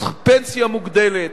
פנסיה מוגדלת,